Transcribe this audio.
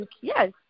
yes